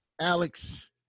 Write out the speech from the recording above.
Alex